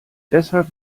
deshalb